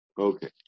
Okay